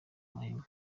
mahema